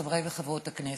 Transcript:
חברי וחברות הכנסת,